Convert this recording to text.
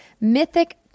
Mythic